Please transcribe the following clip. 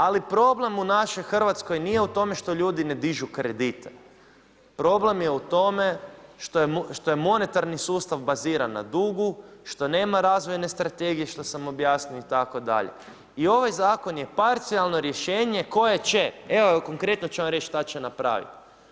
Ali problem u našoj Hrvatskoj nije u tome što ljudi ne dižu kredite, problem je u tome što je monetarni sustav baziran na dugu, što nema razvojne strategije, što sam objasnio itd. i ovaj zakon je parcijalno rješenje koje će, evo konkretno ću vam reći šta će napraviti.